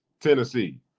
Tennessee